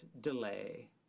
delay